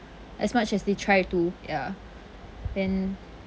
as much as they try to ya and